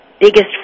biggest